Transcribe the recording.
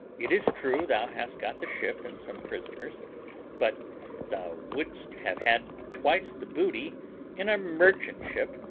it is true thou hast got the ship and some prisoners but thou wouldest have had twice the booty in a merchant-ship,